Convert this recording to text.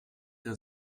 der